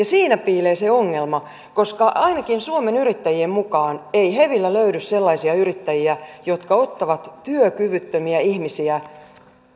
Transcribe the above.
siinä piilee se ongelma koska ainakin suomen yrittäjien mukaan ei hevillä löydy sellaisia yrittäjiä jotka ottavat työkyvyttömiä ihmisiä